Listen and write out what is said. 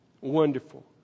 Wonderful